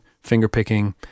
finger-picking